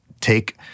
take